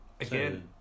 again